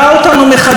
כולנו,